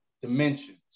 dimensions